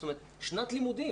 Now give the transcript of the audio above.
זאת אומרת שנת לימודים.